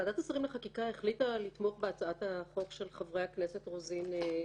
ועדת השרים לחקיקה החליטה לתמוך בהצעת החוק של חברי הכנסת רוזין ויוגב.